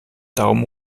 daumen